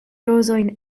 rozojn